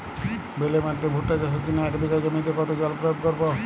বেলে মাটিতে ভুট্টা চাষের জন্য এক বিঘা জমিতে কতো জল প্রয়োগ করব?